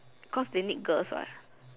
cause they need girls what